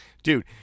Dude